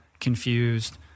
confused